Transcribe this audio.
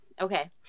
okay